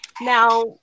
Now